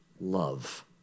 love